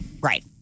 Right